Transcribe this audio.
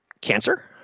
cancer